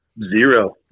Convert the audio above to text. zero